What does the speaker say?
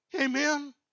Amen